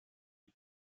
les